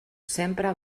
sempre